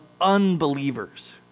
unbelievers